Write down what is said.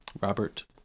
Robert